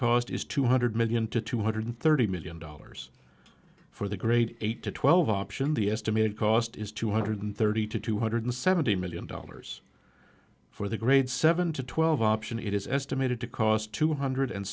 cost is two hundred million to two hundred thirty million dollars for the grade eight to twelve option the estimated cost is two hundred thirty to two hundred seventy million dollars for the grade seven to twelve option it is estimated to cost two hundred